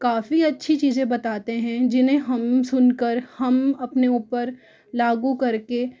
काफ़ी अच्छी चीज़ें बताते हैं जिन्हें हम सुनकर हम अपने ऊपर लागू करके